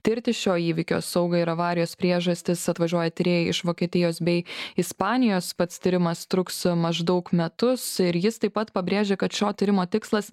tirti šio įvykio saugą ir avarijos priežastis atvažiuoja tyrėjai iš vokietijos bei ispanijos pats tyrimas truks maždaug metus ir jis taip pat pabrėžė kad šio tyrimo tikslas